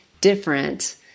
different